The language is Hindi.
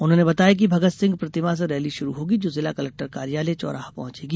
उन्होंने बताया कि भगत सिंह प्रतिमा से रैली शुरू होगी जो जिला कलेक्टर कार्यालय चौराहा पहंचेगी